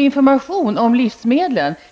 information om livsmedlen har man fått?